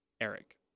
Eric